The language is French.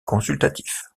consultatif